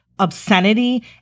obscenity